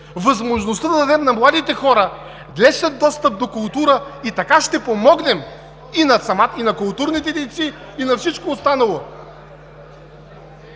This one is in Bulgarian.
възможността да дадем на младите хора лесен достъп до култура и така ще помогнем и на културните дейци и на всичко останало.